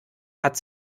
hat